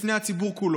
בפני הציבור כולו.